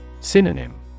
Synonym